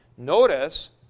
Notice